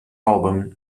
album